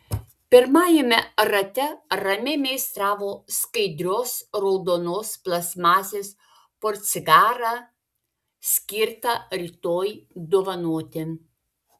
pirmajame rate ramiai meistravo skaidrios raudonos plastmasės portsigarą skirtą rytoj dovanoti